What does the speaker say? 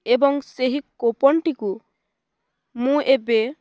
ଏବଂ ସେହି କୁପନଟିକୁ ମୁଁ ଏବେ